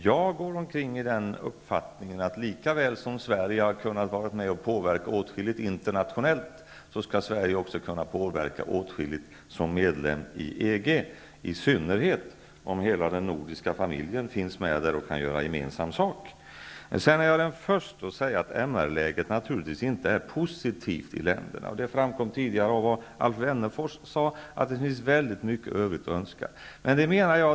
Jag går omkring med den uppfattningen, att lika väl som Sverige har kunnat vara med och påverka åtskilligt internationellt skall Sverige också kunna påverka åtskilligt som medlem i EG, i synnerhet om hela den nordiska familjen finns med där och kan göra gemensam sak. Jag är den förste att säga att MR-läget inte är positivt i länderna. Det framkom tidigare i Alf Wennerfors anförande att det finns mycket i övrigt att önska.